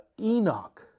Enoch